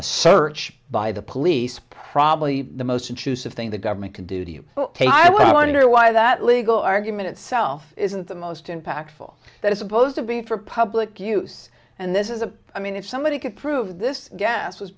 a search by the police probably the most intrusive thing the government can do to you but i wonder why that legal argument itself isn't the most impactful that is supposed to be for public use and this is a i mean if somebody could prove this gas was